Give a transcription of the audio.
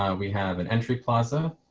ah we have an entry plaza,